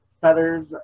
feathers